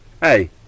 Hey